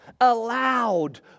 allowed